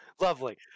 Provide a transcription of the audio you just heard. Lovely